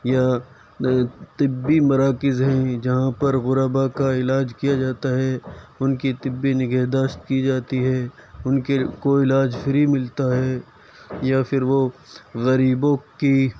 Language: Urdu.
یا طبی مراکز ہیں جہاں پر غربا کا علاج کیا جاتا ہے ان کی طبی نگہداشت کی جاتی ہے ان کے کو علاج فری ملتا ہے یا پھر وہ غریبوں کی